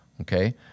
Okay